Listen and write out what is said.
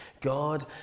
God